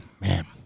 Man